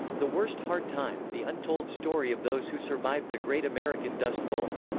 the worst hard time the untold story of those who survived the great american dust bowl.